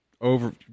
over